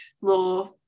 law